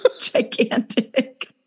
Gigantic